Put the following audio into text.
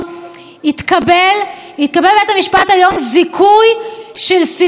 התקבל בבית המשפט העליון זיכוי של סילבסטר,